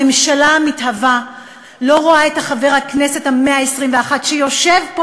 הממשלה המתהווה לא רואה את חבר הכנסת ה-121 שיושב פה